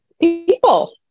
people